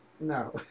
No